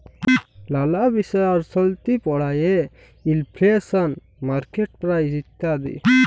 লালা বিষয় অর্থলিতি পড়ায়ে ইলফ্লেশল, মার্কেট প্রাইস ইত্যাদি